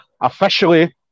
officially